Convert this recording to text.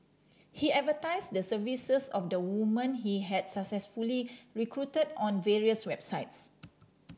he advertised the services of the women he had successfully recruited on various websites